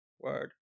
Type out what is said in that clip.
word